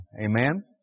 Amen